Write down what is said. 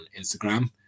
Instagram